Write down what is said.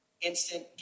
instant